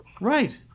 Right